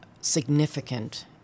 significant